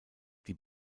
die